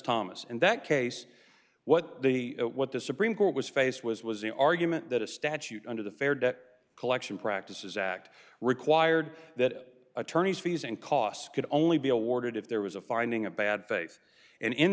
thomas and that case what the what the supreme court was faced was was the argument that a statute under the fair debt collection practices act required that attorneys fees and costs could only be awarded if there was a finding of bad